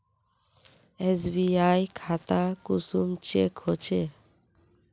SBI खाता कुंसम check होचे?